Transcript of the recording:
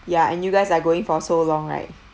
ya and you guys are going for so long right